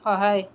সহায়